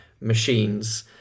machines